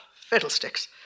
fiddlesticks